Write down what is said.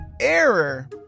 error